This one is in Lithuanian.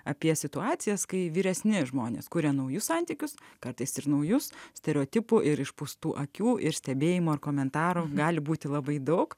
apie situacijas kai vyresni žmonės kuria naujus santykius kartais ir naujus stereotipų ir išpūstų akių ir stebėjimo ar komentarų gali būti labai daug